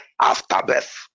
afterbirth